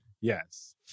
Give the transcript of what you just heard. Yes